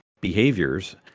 behaviors